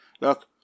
Look